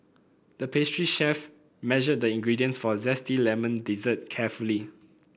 the pastry chef measured the ingredients for zesty lemon dessert carefully